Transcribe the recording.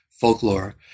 folklore